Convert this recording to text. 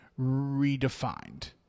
redefined